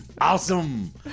Awesome